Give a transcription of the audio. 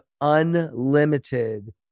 unlimited